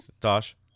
Tosh